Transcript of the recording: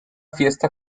fiesta